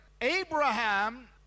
Abraham